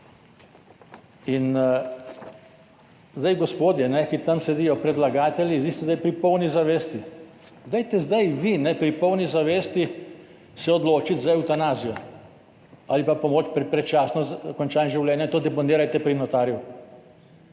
je to! Gospodje, ki tam sedijo, predlagatelji, vi ste zdaj pri polni zavesti, dajte se zdaj vi pri polni zavesti odločiti za evtanazijo ali pa pomoč pri predčasnem končanju življenja in to deponirajte pri notarju.